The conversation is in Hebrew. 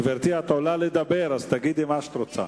גברתי, את עולה לדבר, אז תגידי מה שאת רוצה.